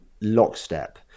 lockstep